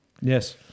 Yes